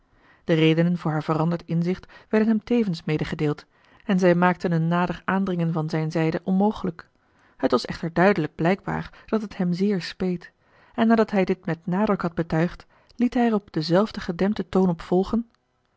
de redenen voor haar veranderd inzicht werden hem tevens medegedeeld en zij maakten een nader aandringen van zijne zijde onmogelijk het was echter duidelijk blijkbaar dat het hem zeer speet en nadat hij dit met nadruk had betuigd liet hij er op denzelfden gedempten toon op volgen